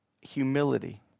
humility